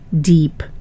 deep